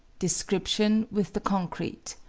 description with the concrete.